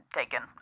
taken